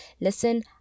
listen